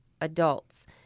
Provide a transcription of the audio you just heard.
adults